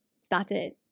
started